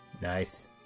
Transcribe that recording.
nice